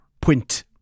point